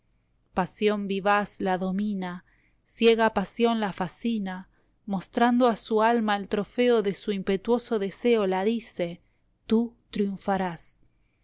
pasión vivaz la domina ciega pasión la fascina mostrando a su alma el trofeo de su impetuoso deseo la dice tú triunfarás